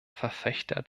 verfechter